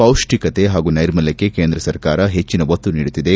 ಪೌಷ್ಷಿಕತೆ ಹಾಗೂ ನೈರ್ಮಲ್ಹಣೆ ಕೇಂದ್ರ ಸರ್ಕಾರ ಹೆಚ್ಚನ ಒತ್ತು ನೀಡುತ್ತಿದೆ